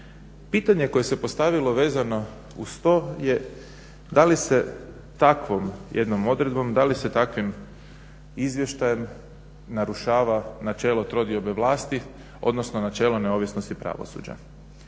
Pitanje koje se postavilo vezano uz to je da li se takvom jednom odredbom, da li se takvim izvještajem narušava načelo trodiobe vlasti, odnosno načelo neovisnosti pravosuđa.